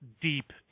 deep